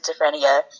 schizophrenia